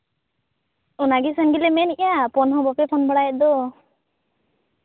ᱚᱱᱟᱜᱮ ᱥᱮᱱ ᱜᱮᱞᱮ ᱢᱮᱱ ᱮᱜᱼᱟ ᱯᱷᱳᱱ ᱦᱚᱸ ᱵᱟᱯᱮ ᱯᱷᱳᱱ ᱵᱟᱲᱟᱭᱮᱜ ᱫᱚ